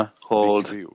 called